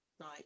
Right